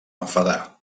enfadar